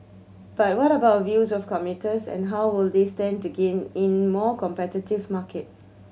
but what about views of commuters and how will they stand to gain in more competitive market